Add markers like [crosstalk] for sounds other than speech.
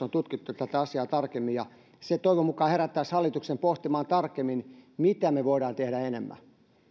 [unintelligible] on tutkittu tätä asiaa tarkemmin se toivon mukaan herättäisi hallituksen pohtimaan tarkemmin mitä me voimme tehdä enemmän